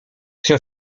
się